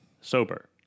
sober